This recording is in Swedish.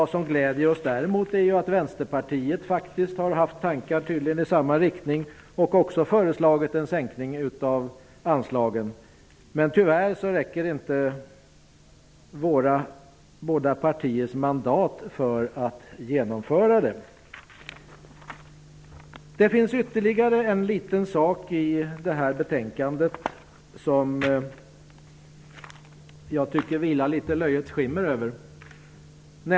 Däremot gläder det oss att Vänsterpartiet tydligen har haft tankar i samma riktning och föreslagit en sänkning av anslagen. Tyvärr räcker inte våra båda partiers mandat för att genomföra det. Det finns ytterligare en liten sak i detta betänkande som jag tycker det vilar ett litet löjets skimmer över.